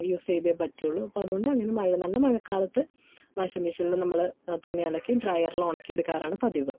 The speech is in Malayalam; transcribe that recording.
യൂസ് ചെയ്തെ പറ്റുള്ളു അപ്പം അതുകൊണ്ട് അങ്ങനെ മഴ നല്ല മഴക്കാലത്ത് വാഷിംഗ് മിഷീനിൽ നമ്മൾ തുണി അലക്കി ഡ്രയറിൽ ഉണക്കി എടുക്കാറാണ് പതിവ്